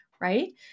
Right